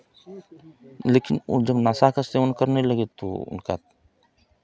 लेकिन वो जब नशा का सेवन करने लगे तो उनका